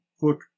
put